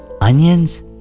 Onions